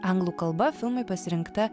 anglų kalba filmui pasirinkta